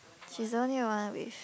she's only wanna with